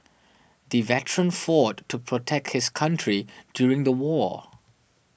the veteran fought to protect his country during the war